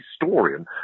historian